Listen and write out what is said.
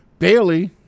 Bailey